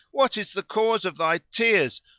what is the cause of thy tears?